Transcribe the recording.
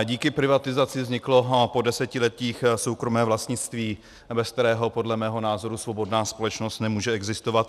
Díky privatizaci vzniklo po desetiletích soukromé vlastnictví, bez kterého podle mého názoru svobodná společnost nemůže existovat.